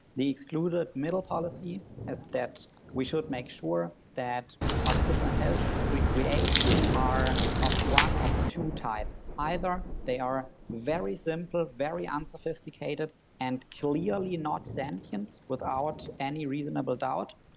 they excluded middle policy is that we should make sure that artificial intelligences we create are of one of two types. either they are very simple, very unsophisticated and clearly not sentient without any reasonable doubt,